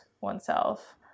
oneself